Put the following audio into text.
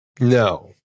No